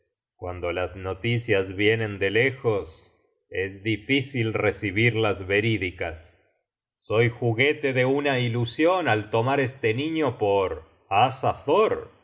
cuando las noticias vienen de lejos es difícil recibirlas verídicas soy juguete de una ilusion al tomar este niño por